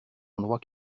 endroit